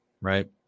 right